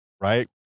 right